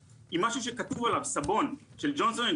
עם משהו שכתוב עליו סבון של ג'ונסון אנד